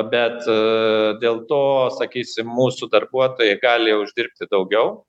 bet e dėl to sakysim mūsų darbuotojai gali uždirbti daugiau